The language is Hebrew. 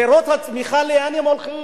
פירות הצמיחה לאן הם הולכים?